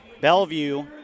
Bellevue